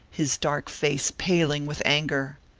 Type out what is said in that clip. his dark face paling with anger.